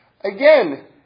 Again